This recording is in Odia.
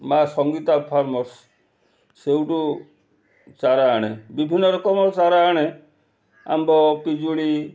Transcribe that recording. ମାଆ ସଙ୍ଗୀତା ଫାର୍ମ୍ ହାଉସ୍ ସେଇଠୁ ଚାରା ଆଣେ ବିଭିନ୍ନ ରକମର ଚାରା ଆଣେ ଆମ୍ବ ପିଜୁଳି